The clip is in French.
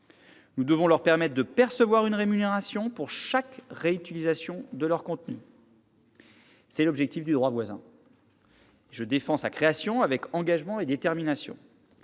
Nous devons leur permettre de percevoir une rémunération pour chaque réutilisation de leurs contenus. Tel est l'objectif du droit voisin. Je défends sa création, avec engagement et détermination,